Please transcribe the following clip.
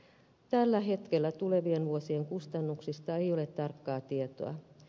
tällä hetkellä tulevien vuosien kustannuksista ei ole tarkkaa tietoa